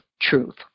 truth